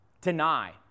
deny